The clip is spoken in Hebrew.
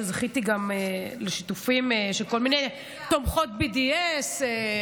זכיתי גם לשיתופים של כל מיני תומכות BDS וכאלה.